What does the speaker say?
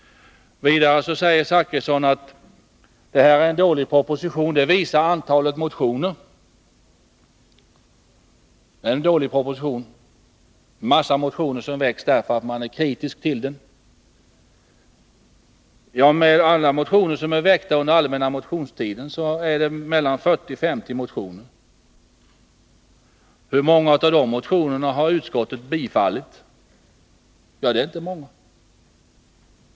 Bertil Zachrisson sade vidare att antalet motioner visar att propositionen är dålig. En massa motioner har enligt hans mening väckts för att man är kritisk till propositionen. Tillsammans med de motioner som har väckts under allmänna motionstiden är det 40-50 motioner. Hur många av dem har utskottet tillstyrkt?